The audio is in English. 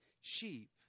sheep